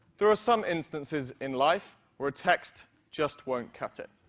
there are some instances in life where a text just won't cut it.